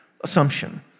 assumption